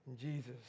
Jesus